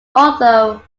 although